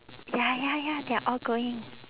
ya ya ya they're all going